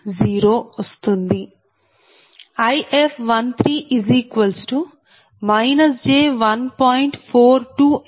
0 వస్తుంది If13 j1